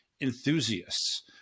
enthusiasts